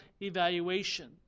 evaluation